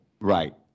Right